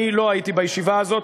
אני לא הייתי בישיבה הזאת,